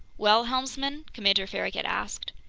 well, helmsman? commander farragut asked.